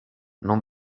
non